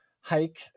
hike